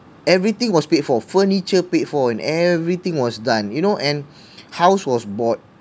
everything was paid for furniture paid for and everything was done you know and house was bought